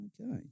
Okay